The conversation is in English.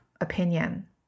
opinion